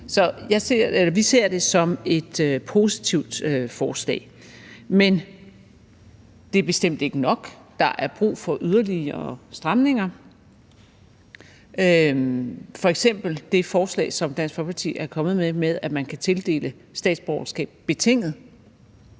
vi ser det som et positivt forslag. Men det er bestemt ikke nok. Der er brug for yderligere stramninger, f.eks. det forslag, som Dansk Folkeparti er kommet med, om, at man kan tildele statsborgerskab betinget.